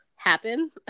happen